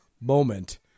moment